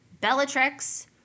Bellatrix